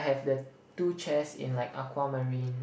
I have the two chairs in like aquamarine